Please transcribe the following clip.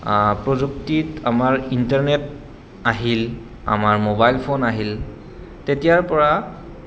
প্ৰযুক্তিত আমাৰ ইণ্টাৰনেট আহিল আমাৰ মোবাইল ফোন আহিল তেতিয়াৰ পৰা